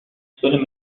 suelen